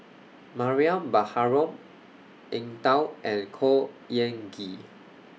Mariam Baharom Eng Tow and Khor Ean Ghee